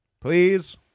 Please